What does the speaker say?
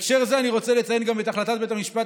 בהקשר זה אני רוצה לציין גם את החלטת בית המשפט